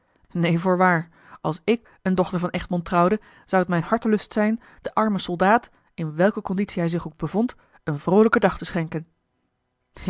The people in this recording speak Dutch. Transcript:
neen voorwaar als ik eene dochter van egmond trouwde zou het mijn hartelust zijn den armen soldaat in welke conditie hij zich ook bevond een vroolijken dag te schenken